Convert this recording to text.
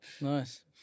Nice